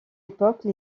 époque